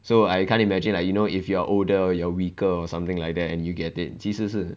so I can't imagine like you know if you are older or you are weaker or something like that and you get it 其实是